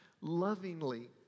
lovingly